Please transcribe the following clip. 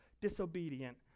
disobedient